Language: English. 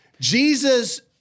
Jesus